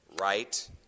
right